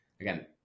again